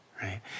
right